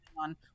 on